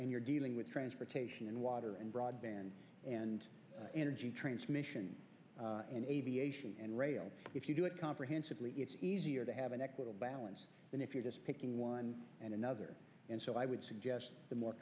and you're dealing with transportation and water and broadband and energy transmission aviation and rail if you do it comprehensively it's easier to have an equitable balance than if you're just picking one and another and so i would suggest the more